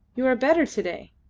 you are better to-day.